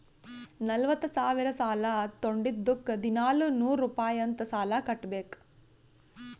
ನಲ್ವತ ಸಾವಿರ್ ಸಾಲಾ ತೊಂಡಿದ್ದುಕ್ ದಿನಾಲೂ ನೂರ್ ರುಪಾಯಿ ಅಂತ್ ಸಾಲಾ ಕಟ್ಬೇಕ್